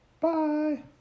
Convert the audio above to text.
Bye